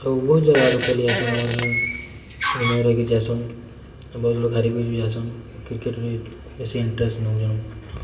ଆଉ ବହୁ ଜାଗା ଆଡ଼ୁ ଖେଲି ଆସନ୍ ଆମର୍ ନୁ ୱିନର୍ ହେଇ କି ଯାଇସୁନ୍ ବହୁତ ଲୋକ୍ ହାରି କି ବି ଯାଇସନ୍ କ୍ରିକେଟ୍ ବି ବେଶୀ ଇନ୍ଣ୍ଟ୍ରେଷ୍ଟ ନଉ ଯାଉଁ